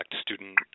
student